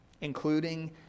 including